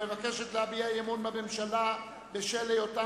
המבקשת להביע אי-אמון בממשלה בשל היותה